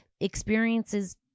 experiences